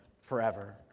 forever